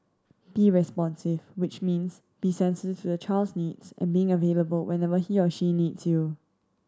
be responsive which means be sensitive to the child's needs and being available whenever he or she needs you